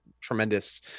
tremendous